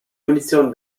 munition